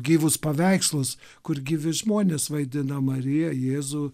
gyvus paveikslus kur gyvi žmonės vaidina mariją jėzų